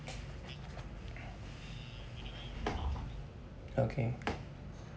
okay